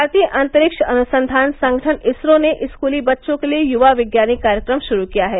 भारतीय अंतरिक्ष अनुसंधान संगठन इसरो ने स्कूली बच्चों के लिए युवा विज्ञानी कार्यक्रम शुरू किया है